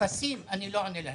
לאפסים אני לא עונה,